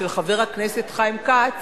של חבר הכנסת חיים כץ,